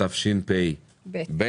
אני